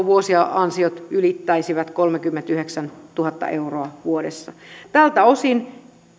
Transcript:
vuosiansiot ylittäisivät kolmekymmentäyhdeksäntuhatta euroa vuodessa tältä osin